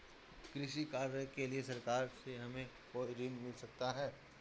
कृषि कार्य के लिए सरकार से हमें कोई ऋण मिल सकता है?